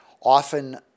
often